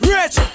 Rich